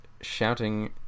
shouting